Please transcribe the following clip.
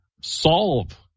solve